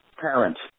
parents